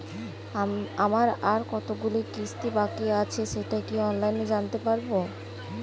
আমার আর কতগুলি কিস্তি বাকী আছে সেটা কি অনলাইনে জানতে পারব?